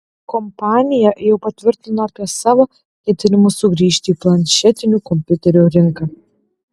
kompanija jau patvirtino apie savo ketinimus sugrįžti į planšetinių kompiuterių rinką